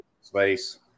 space